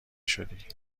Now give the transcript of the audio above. شدی